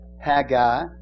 Haggai